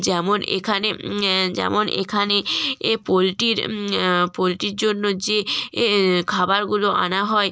যেমন এখানে যেমন এখানে এ পোলট্রির পোলট্রির জন্য যে এ খাবারগুলো আনা হয়